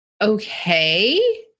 okay